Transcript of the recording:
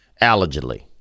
Allegedly